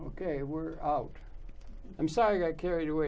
ok we're out i'm sorry i carried away